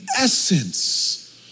essence